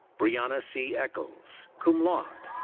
breana c. echols, cum laude.